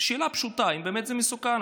שאלה פשוטה: האם זה באמת מסוכן?